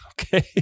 Okay